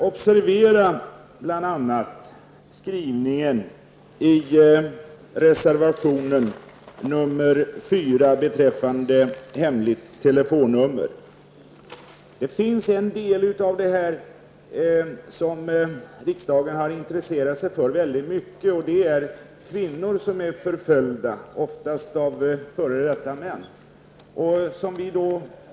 Observera bl.a. En sak som riksdagen intresserat sig mycket för är situationen för kvinnor som är förföljda, oftast av sina före detta män.